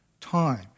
time